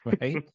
right